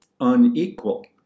unequal